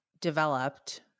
developed